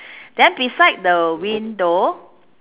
then beside the window